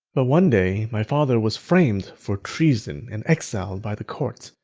but one day, my father was framed for treason and exiled by the court.